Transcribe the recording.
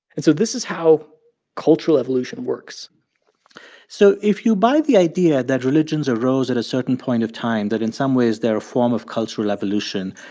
and so this is how cultural evolution works so if you buy the idea that religions arose at a certain point of time, that in some ways they're a form of cultural evolution,